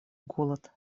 голод